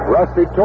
Rusty